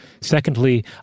Secondly